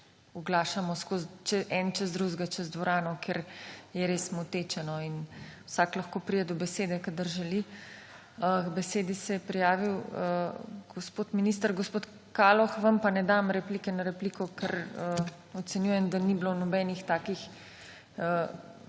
oglašamo eden čez drugega čez dvorano, ker je res moteče in vsak lahko pride do besede, kadar želi. K besedi se je prijavil gospod minister. Gospod Kaloh vam pa ne dam replike na repliko, ker ocenjujem, da ni bilo nobenih takih